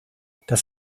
das